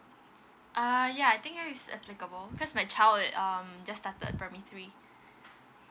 err ya I think uh is applicable because my child it um just started primary three